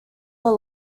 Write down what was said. were